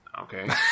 Okay